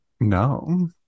No